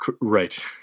Right